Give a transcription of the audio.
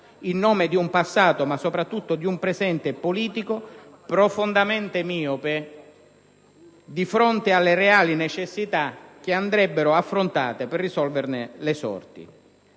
in nome di un passato ma soprattutto di un presente politico profondamente miope di fronte alle reali necessità che andrebbero affrontate per risollevarne le sorti.